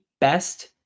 best